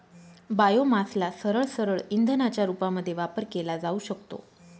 बायोमासला सरळसरळ इंधनाच्या रूपामध्ये वापर केला जाऊ शकतो